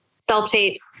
self-tapes